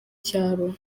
cyaro